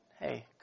hey